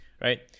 Right